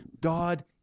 God